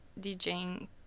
DJing